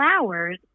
flowers